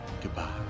Goodbye